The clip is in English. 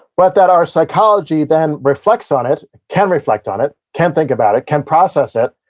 but that our psychology then reflects on it, can reflect on it, can think about it, can process it,